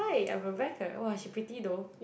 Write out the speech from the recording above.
hi I'm Rebecca !wah! but she pretty though